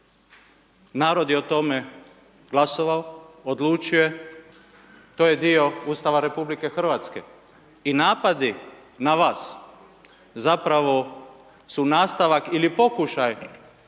Narod je o tome glasovao, odlučio je, to je dio Ustava RH. I napadi na vas zapravo su nastavak ili pokušaj